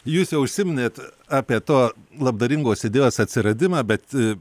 jūs jau užsiminėt apie to labdaringos idėjos atsiradimą bet